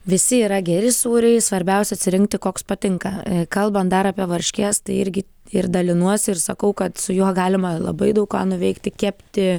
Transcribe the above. visi yra geri sūriai svarbiausia atsirinkti koks patinka kalbant dar apie varškės tai irgi ir dalinuosi ir sakau kad su juo galima labai daug ką nuveikti kepti